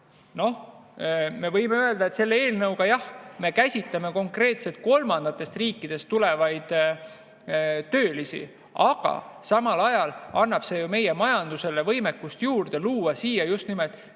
palk. Me võime öelda, et jah, selle eelnõuga me käsitleme konkreetselt kolmandatest riikidest tulevaid töölisi. Aga samal ajal annab see ju meie majandusele võimekust juurde, et luua siia just nimelt